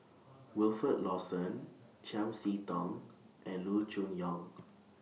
Wilfed Lawson Chiam See Tong and Loo Choon Yong